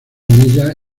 milla